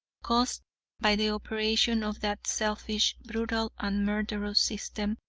caused by the operation of that selfish, brutal and murderous system,